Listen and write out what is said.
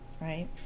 right